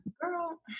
Girl